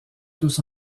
tous